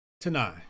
Tonight